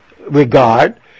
regard